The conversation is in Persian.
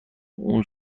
اون